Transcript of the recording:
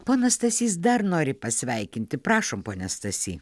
ponas stasys dar nori pasveikinti prašom pone stasy